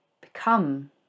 become